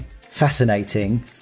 Fascinating